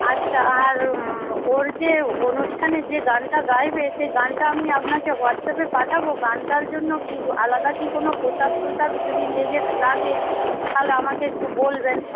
আচ্ছা আর ওর যে অনুষ্ঠানে যে গানটা গাইবে সেই গানটা আমি আপনাকে হোয়াটসঅ্যাপে পাঠাব গানটার জন্য কি আলাদা কি কোনো পোশাক টোশাক যদি লেগে লাগে তাহলে আমাকে একটু বলবেন